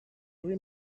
very